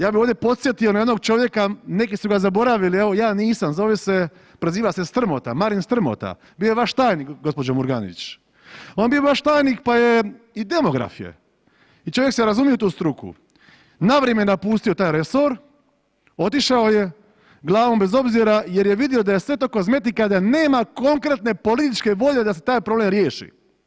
Ja bi ovdje podsjetio na jednog čovjeka, neki su ga zaboravila, evo ja nisam zove se preziva Strmota, Marin Strmota bio je vaš tajnik gospođo Murganić, on je bio vaš tajnik pa je i demograf je i čovjek se razumije u tu struku, na vrijeme napustio taj resor, otišao je glavom bez obzira jer je vidio da je sve to kozmetika da nema konkretne političke volje da se taj problem riješi.